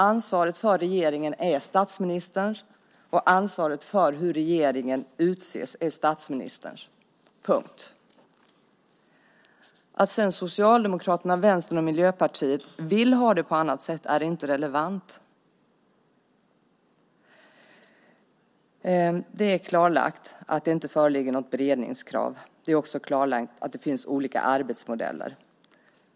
Ansvaret för regeringen är statsministerns, och ansvaret för hur regeringen utses är statsministerns. Punkt! Att sedan Socialdemokraterna, Vänstern och Miljöpartiet vill ha detta på annat sätt är inte relevant. Det är klarlagt att det inte föreligger något beredningskrav. Det är också klarlagt att det finns olika arbetsmodeller.